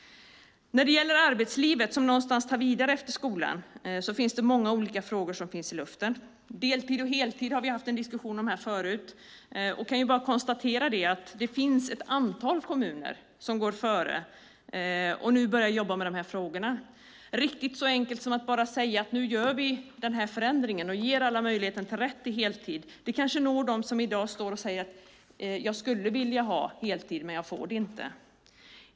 När det gäller arbetslivet, som tar vid någonstans efter skolan, finns det många olika frågor i luften. Deltid och heltid har vi haft en diskussion om förut. Jag kan bara konstatera att det finns ett antal kommuner som går före och nu börjar jobba med de här frågorna. Riktigt så enkelt som att bara säga att nu gör vi den här förändringen och ger alla rätt till heltid är det inte. Det kanske når dem som i dag säger: Jag skulle vilja ha heltid, men jag får det inte.